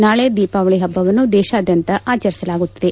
ನಾಳೆ ದೀಪಾವಳಿ ಹಬ್ಲವನ್ನು ದೇಶಾದ್ಲಂತ ಆಚರಿಸಲಾಗುತ್ತಿದೆ